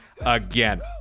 again